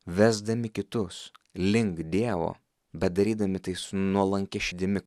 vesdami kitus link dievo bet darydami tai su nuolankia širdimi